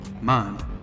mind